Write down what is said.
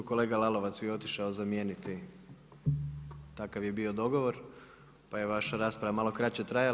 Kolega Lalovac ju je otišao zamijeniti, takav je bio dogovor, pa je vaša rasprava malo kraće trajala.